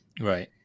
right